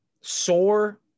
sore